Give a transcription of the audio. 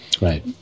Right